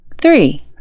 Three